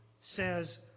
says